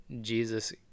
Jesus